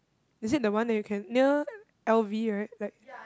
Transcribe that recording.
is it the one that you can near l_v right the bag